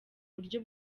buryo